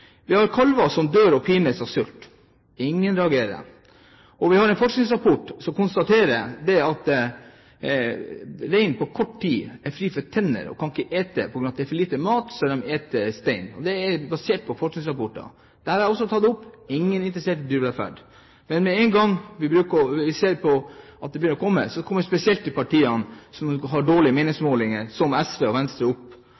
Vi har kalver som pines og dør av sult. Ingen reagerer. Og vi har en forskningsrapport som konstaterer at reinen på kort tid er fri for tenner og ikke kan ete. På grunn av at det er for lite mat, eter de stein. Det er basert på forskningsrapporter. Dette har jeg også tatt opp – ingen er interessert i dyrevelferd. Men med en gang noe begynner å komme opp, kommer spesielt de partiene som har dårlige